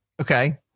Okay